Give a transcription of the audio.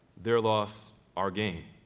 their loss, our gain.